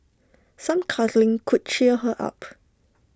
some cuddling could cheer her up